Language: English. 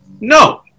no